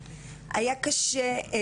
זה לא רק בשביל להגן עליכם,